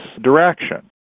direction